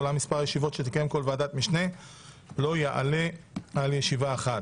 אולם מספר הישיבות שתקיים כל ועדת משנה לא יעלה על ישיבה אחת.